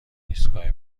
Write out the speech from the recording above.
ایستگاه